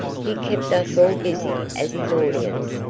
he kept us all busy as his audience.